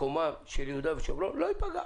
מקומם של יהודה ושומרון לא ייפגע.